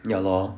ya lor